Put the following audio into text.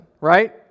right